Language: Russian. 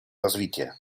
развитие